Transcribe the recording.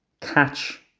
catch